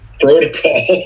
protocol